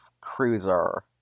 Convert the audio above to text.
cruiser